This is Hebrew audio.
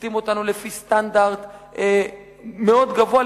שופטים אותנו לפי סטנדרט מאוד גבוה,